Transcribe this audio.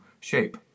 shape